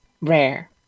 rare